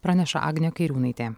praneša agnė kairiūnaitė